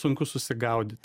sunku susigaudyt